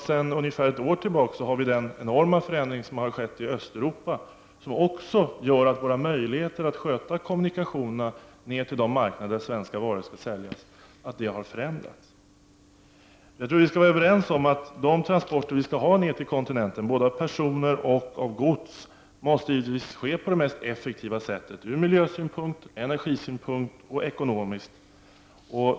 Sedan ungefär ett år tillbaka har vi den enorma förändring som har skett i Östeuropa som också gör att våra möjligheter att sköta kommunikationerna ner till de marknader där svenska varor skall säljas har förändrats. Vi torde vara överens om att de transporter vi skall ha ner till kontinenten, både av personer och av gods, måste utformas på det mest effektiva sättet ur miljösynpunkt, ur energisynpunkt och ur ekonomisk synpunkt.